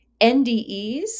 NDEs